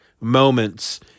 moments